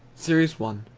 series one,